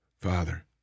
Father